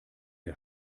der